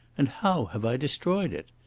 and how have i destroyed it?